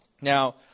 Now